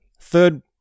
third